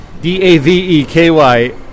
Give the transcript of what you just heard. D-A-V-E-K-Y